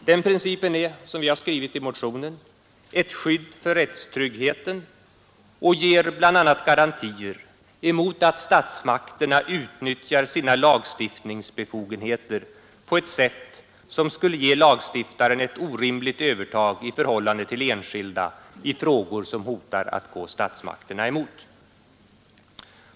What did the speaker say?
Den principen är — som vi har skrivit i motionen — ett skydd för rättstryggheten och ger bl.a. garantier för att statsmakterna inte utnyttjar sina lagstiftningsbefogenheter på ett sätt som skulle ge lagstiftaren ett orimligt övertag i förhållande till enskilda i frågor som hotar att gå statsmakterna emot.